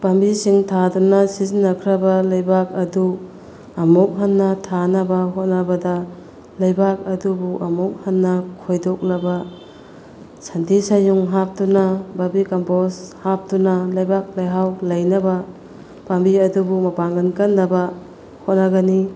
ꯄꯥꯝꯕꯤꯁꯤꯡ ꯊꯥꯗꯨꯅ ꯁꯤꯖꯤꯟꯅꯈ꯭ꯔꯕ ꯂꯩꯕꯥꯛ ꯑꯗꯨ ꯑꯃꯨꯛ ꯍꯟꯅ ꯊꯥꯅꯕ ꯍꯣꯠꯅꯕꯗ ꯂꯩꯕꯥꯛ ꯑꯗꯨꯕꯨ ꯑꯃꯨꯛ ꯍꯟꯅ ꯈꯣꯏꯗꯣꯛꯂꯕ ꯁꯟꯊꯤ ꯁꯩꯌꯨꯡ ꯍꯥꯞꯇꯨꯅ ꯕꯔꯃꯤ ꯀꯝꯄꯣꯁ ꯍꯥꯞꯇꯨꯅ ꯂꯩꯕꯥꯛ ꯂꯩꯍꯥꯎ ꯂꯩꯅꯕ ꯄꯥꯝꯕꯤ ꯑꯗꯨꯕꯨ ꯃꯄꯥꯡꯒꯟ ꯀꯟꯅꯕ ꯍꯣꯠꯅꯒꯅꯤ